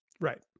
Right